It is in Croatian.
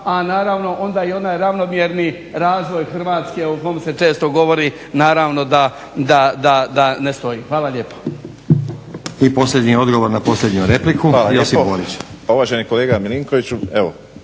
A naravno onda i onaj ravnomjerni razvoj Hrvatske o kom se često govori naravno da ne stoji. Hvala lijepo. **Stazić, Nenad (SDP)** I posljednji odgovor na posljednju repliku, Josip Borić. **Borić, Josip (HDZ)** Hvala lijepo. Pa uvaženi kolega Milinkoviću evo